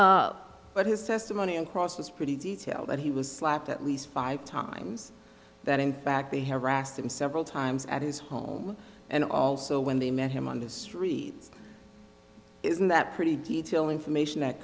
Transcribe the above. know but his testimony in cross is pretty detailed and he was slapped at least five times that in fact they have arrested him several times at his home and also when they met him on the street isn't that pretty detail information that